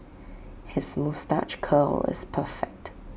his moustache curl was perfect